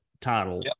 title